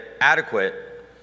adequate